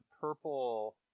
purple